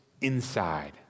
inside